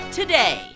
today